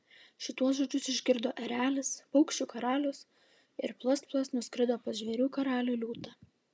šituos žodžius išgirdo erelis paukščių karalius ir plast plast nuskrido pas žvėrių karalių liūtą